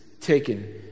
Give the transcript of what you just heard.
taken